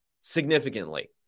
significantly